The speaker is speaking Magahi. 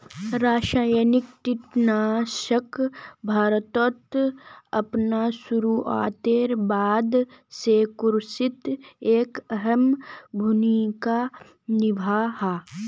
रासायनिक कीटनाशक भारतोत अपना शुरुआतेर बाद से कृषित एक अहम भूमिका निभा हा